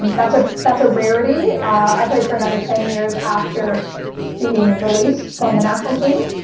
and that's ah that's a rarity. i played for another ten years after being released from the national team.